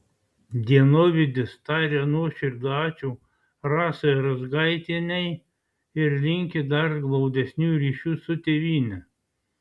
dienovidis taria nuoširdų ačiū rasai razgaitienei ir linki dar glaudesnių ryšių su tėvyne